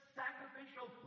sacrificial